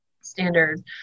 standard